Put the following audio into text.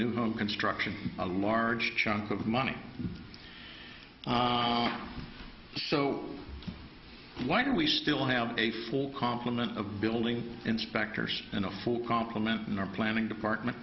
new home construction a large chunk of money so why do we still have a full complement of building inspectors and a full compliment in our planning department